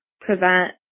prevent